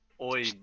Oi